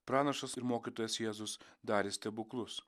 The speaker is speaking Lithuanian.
pranašas ir mokytojas jėzus darė stebuklus